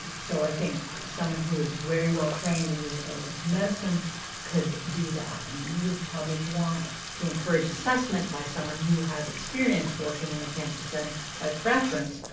so i think someone who is very well trained in rehabilitative medicine could do that. i mean, you would probably want to encourage assessment by someone who has experience working in the cancer setting by preference,